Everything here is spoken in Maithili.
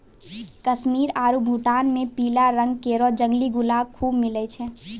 कश्मीर आरु भूटान म पीला रंग केरो जंगली गुलाब खूब मिलै छै